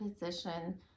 position